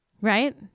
Right